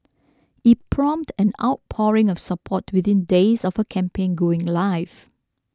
it prompted an outpouring of support within days of her campaign going live